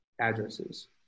addresses